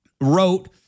wrote